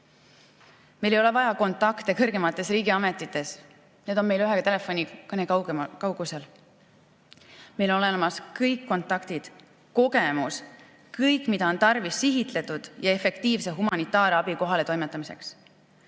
Meil ei ole vaja kontakte kõrgemates riigiametites, need on meil ühe telefonikõne kaugusel. Meil on olemas kõik kontaktid, kogemus – kõik, mida on tarvis sihitatud ja efektiivse humanitaarabi kohaletoimetamiseks.